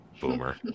Boomer